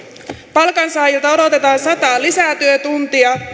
palkansaajilta odotetaan sataa lisätyötuntia